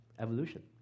evolution